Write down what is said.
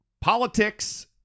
politics